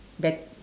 bet~